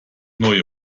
neue